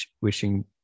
wishing